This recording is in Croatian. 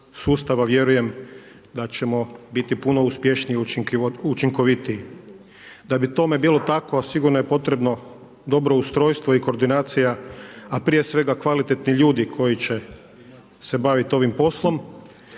sustava, vjerujem da ćemo biti puno uspješniji, učinkovitiji. Da bi tome bilo tako, sigurno je potrebno dobro ustrojstvo i koordinacija, a prije svega kvalitetni ljudi koji će se baviti ovim poslom.